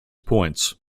points